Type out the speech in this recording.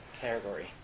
category